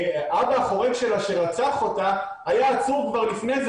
האבא החורג שלה שרצח אותה היה עצור גם לפני זה